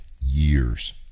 years